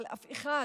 אבל אף אחד